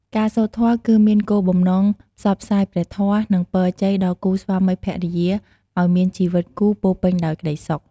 ការសូត្រធម៌គឺមានគោលបំណងផ្សព្វផ្សាយព្រះធម៌ និងពរជ័យដល់គូស្វាមីភរិយាឲ្យមានជីវិតគូពោរពេញដោយក្ដីសុខ។